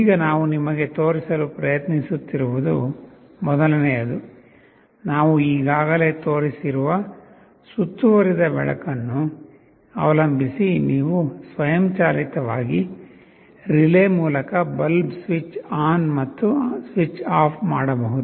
ಈಗ ನಾವು ನಿಮಗೆ ತೋರಿಸಲು ಪ್ರಯತ್ನಿಸುತ್ತಿರುವುದು ಮೊದಲನೆಯದು ನಾವು ಈಗಾಗಲೇ ತೋರಿಸಿರುವ ಸುತ್ತುವರಿದ ಬೆಳಕನ್ನು ಅವಲಂಬಿಸಿ ನೀವು ಸ್ವಯಂಚಾಲಿತವಾಗಿ ರಿಲೇ ಮೂಲಕ ಬಲ್ಬ್ ಸ್ವಿಚ್ ಆನ್ ಮತ್ತು ಸ್ವಿಚ್ ಆಫ್ ಮಾಡಬಹುದು